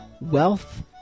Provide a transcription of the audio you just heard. wealth